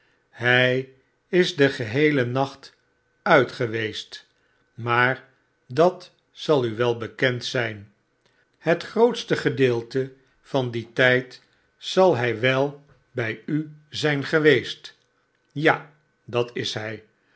hij is den geheelen nachtuit geweest maar dat zal u wel bekend zijn het grootste gedeelte van dien tijd zal hij wel bij u zijn geweest ja dat is hij